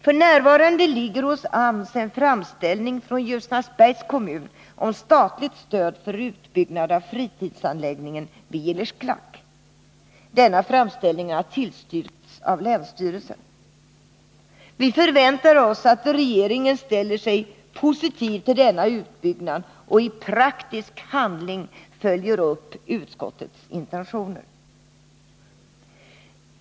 Hos AMS ligger f. n. en framställning från Ljusnarsbergs kommun om statligt stöd för utbyggnad av fritidsanläggningen vid Gillersklack. Denna framställning har tillstyrkts av länsstyrelsen. Vi förväntar oss att regeringen ställer sig positiv till denna utbyggnad och i praktisk handling följer upp utskottets intentioner.